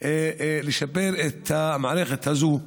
לשפר את המערכת הזאת,